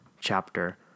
chapter